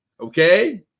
okay